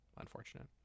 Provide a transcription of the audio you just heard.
unfortunate